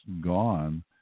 gone